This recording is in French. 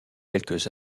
quelques